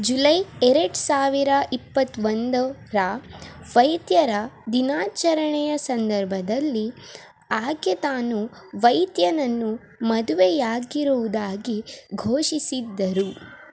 July ಎರಡು ಸಾವಿರ ಇಪ್ಪತ್ತೊಂದರ ವೈದ್ಯರ ದಿನಾಚರಣೆಯ ಸಂದರ್ಭದಲ್ಲಿ ಆಕೆ ತಾನು ವೈದ್ಯನನ್ನು ಮದುವೆಯಾಗಿರುವುದಾಗಿ ಘೋಷಿಸಿದ್ದರು